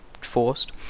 forced